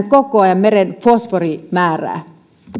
koko ajan meren fosforimäärää